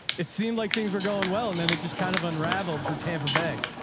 it seemed like things were going well. and then it just kind of unraveled for tampa bay.